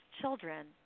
children